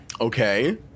Okay